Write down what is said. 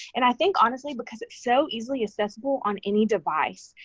and i think, honestly, because it's so easily accessible on any device.